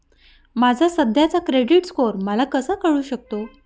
माझा सध्याचा credit score मला कसा कळू शकतो?